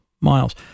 miles